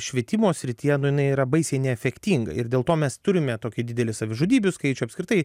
švietimo srityje nu jinai yra baisiai neefektinga ir dėl to mes turime tokį didelį savižudybių skaičių apskritai